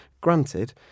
granted